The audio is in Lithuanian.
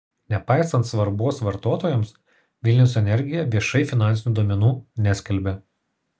nepaisant svarbos vartotojams vilniaus energija viešai finansinių duomenų neskelbia